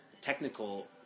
technical